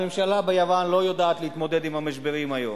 הממשלה ביוון לא יודעת להתמודד עם המשברים היום.